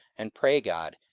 and pray god,